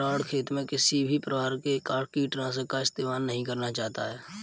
रोहण खेत में किसी भी प्रकार के कीटनाशी का इस्तेमाल नहीं करना चाहता है